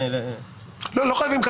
לא חייבים כרגע.